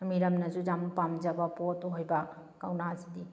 ꯃꯤꯔꯝꯅꯁꯨ ꯌꯥꯝ ꯄꯥꯝꯖꯕ ꯄꯣꯠꯇꯨ ꯑꯣꯏꯕ ꯀꯧꯅꯥꯁꯤꯗꯤ